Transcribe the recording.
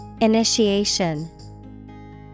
Initiation